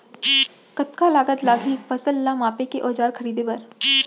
कतका लागत लागही फसल ला मापे के औज़ार खरीदे बर?